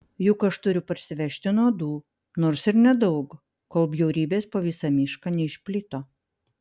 juk aš turiu parsivežti nuodų nors ir nedaug kol bjaurybės po visą mišką neišplito